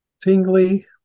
tingly